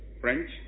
French